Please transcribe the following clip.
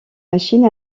machine